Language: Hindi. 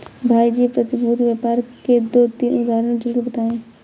भाई जी प्रतिभूति व्यापार के दो तीन उदाहरण जरूर बताएं?